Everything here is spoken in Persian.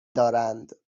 دارند